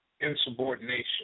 insubordination